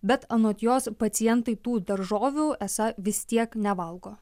bet anot jos pacientai tų daržovių esą vis tiek nevalgo